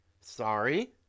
Sorry